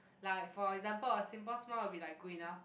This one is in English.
like for example a simple smile will be like good enough